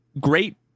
great